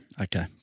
Okay